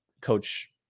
coach